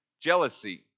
jealousy